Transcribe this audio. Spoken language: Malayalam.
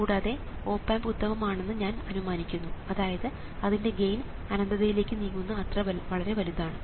കൂടാതെ ഓപ് ആമ്പ് ഉത്തമമാണെന്ന് ഞാൻ അനുമാനിക്കുന്നു അതായത് അതിൻറെ ഗെയിൻ അനന്തതയിലേക്ക് നീങ്ങുന്ന അത്ര വളരെ വലുതാണ്